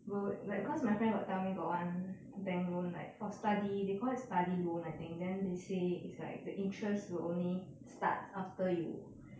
will like cause my friend got tell me one bank loan like for study they call it study loan I think then they say it's like the interest will only start after you